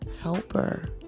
helper